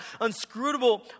unscrutable